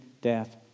death